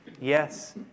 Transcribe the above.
Yes